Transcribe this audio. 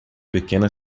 pequena